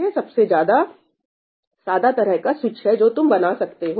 यह सबसे सादा तरह का स्विच है जो तुम बना सकते हो